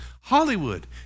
Hollywood